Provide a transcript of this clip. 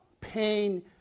Pain